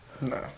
No